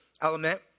element